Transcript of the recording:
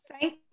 thank